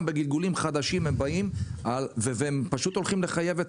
בארגונים חדשים הם באים והם פשוט הולכים לחייב את